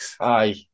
aye